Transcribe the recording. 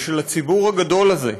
ושל הציבור הגדול הזה,